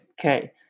Okay